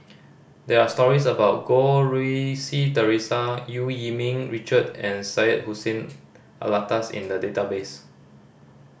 there're stories about Goh Rui Si Theresa Eu Yee Ming Richard and Syed Hussein Alatas in the database